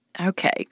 Okay